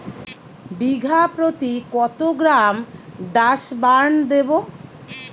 বিঘাপ্রতি কত gram Dursban দেবো?